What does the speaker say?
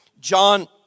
John